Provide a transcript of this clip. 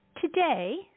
Today